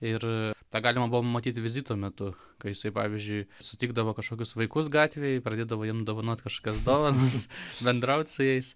ir tą galima buvo pamatyt vizito metu kai jisai pavyzdžiui sutikdavo kažkokius vaikus gatvėj pradėdavo jiem dovanoti kažkokias dovanas bendraut su jais